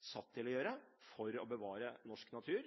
satt til å gjøre, for å bevare norsk natur,